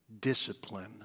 discipline